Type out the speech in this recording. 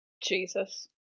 Jesus